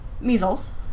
measles